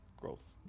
Growth